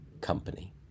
company